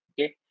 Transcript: Okay